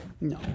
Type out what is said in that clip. No